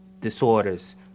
disorders